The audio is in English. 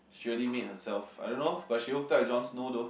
she really made herself I don't know but she hooked up with Jon Snow though